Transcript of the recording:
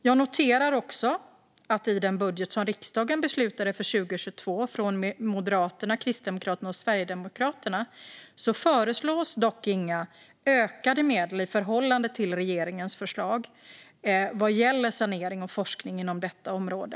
Jag noterar att i den budget från Moderaterna, Kristdemokraterna och Sverigedemokraterna som riksdagen beslutade för 2022 föreslås dock inga ökade medel i förhållande till regeringens förslag vad gäller sanering och forskning inom detta område.